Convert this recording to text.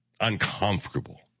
uncomfortable